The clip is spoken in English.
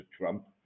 Trump